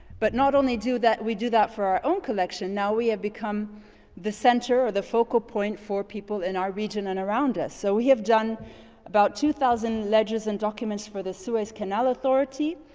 but not only do that we do that for our own collection. now, we have become the center or the focal point for people in our region and around us. so we have done about two thousand ledges and documents for the suez canal authority.